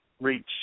reach